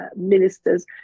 ministers